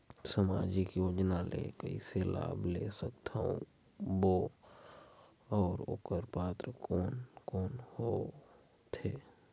समाजिक योजना ले कइसे लाभ ले सकत बो और ओकर पात्र कोन कोन हो थे?